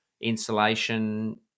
insulation